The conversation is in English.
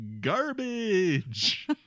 garbage